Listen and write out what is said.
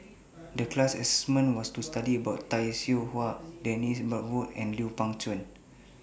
The class was to study about Tay Seow Huah Dennis Bloodworth and Lui Pao Chuen